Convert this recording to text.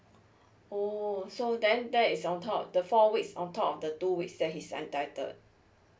oh oh so then that is on top the four weeks on top of the two weeks that he's entitled